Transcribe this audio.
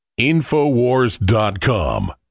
InfoWars.com